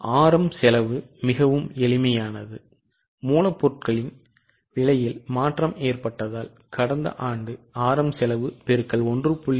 RM செலவு மிகவும் எளிமையானது மூலப்பொருட்களின் விலையில் மாற்றம் ஏற்பட்டதால் கடந்த ஆண்டு RM செலவு X 1